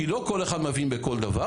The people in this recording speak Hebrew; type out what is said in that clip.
כי לא כל אחד מבין בכל דבר.